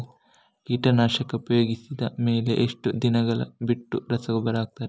ಕೀಟನಾಶಕ ಉಪಯೋಗಿಸಿದ ಮೇಲೆ ಎಷ್ಟು ದಿನಗಳು ಬಿಟ್ಟು ರಸಗೊಬ್ಬರ ಹಾಕುತ್ತಾರೆ?